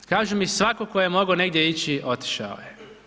Kažu mi, svatko tko je mogao negdje ići, otišao je.